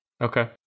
Okay